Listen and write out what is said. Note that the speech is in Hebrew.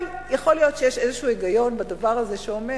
אבל יכול להיות שיש איזשהו היגיון בדבר הזה שאומר